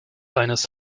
eines